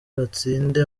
batsinde